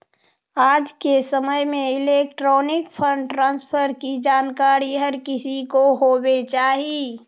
आज के समय में इलेक्ट्रॉनिक फंड ट्रांसफर की जानकारी हर किसी को होवे चाही